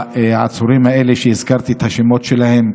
העצורים האלה שהזכרתי את השמות שלהם,